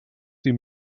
die